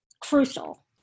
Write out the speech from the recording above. crucial